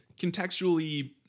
contextually